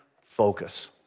focus